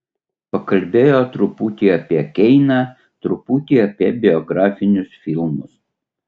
pakalbėjo truputį apie keiną truputį apie biografinius filmus